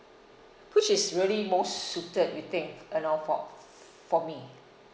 which is really most suited you think you know for f~ for me